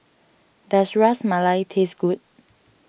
does Ras Malai taste good